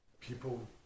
people